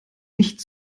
nicht